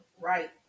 right